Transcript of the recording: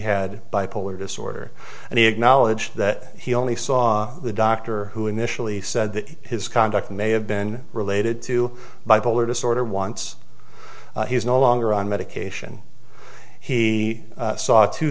had bipolar disorder and he acknowledged that he only saw the doctor who initially said that his conduct may have been related to bipolar disorder once he's no longer on medication he saw t